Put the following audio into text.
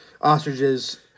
Ostriches